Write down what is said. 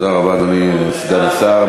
תודה רבה, אדוני סגן השר.